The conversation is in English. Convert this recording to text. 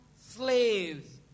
slaves